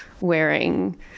wearing